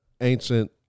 ancient